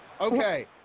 Okay